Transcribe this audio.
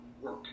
work